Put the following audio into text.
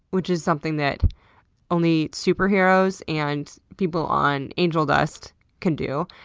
which is something that only superheroes and people on angel dust can do.